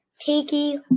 Tiki